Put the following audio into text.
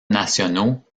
nationaux